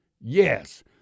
Yes